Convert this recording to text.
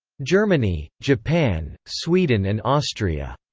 germany, japan, sweden and austria.